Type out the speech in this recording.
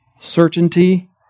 certainty